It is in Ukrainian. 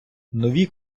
нові